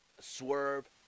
swerve